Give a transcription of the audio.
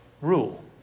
rule